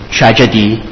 tragedy